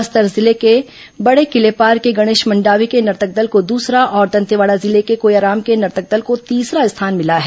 बस्तर जिले के बड़े किलेपार के गणेश मंडावी के नर्तक दल को दूसरा और दंतेवाड़ा जिले के कोयाराम के नर्तक दल को तीसरा स्थान मिला है